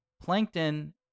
Plankton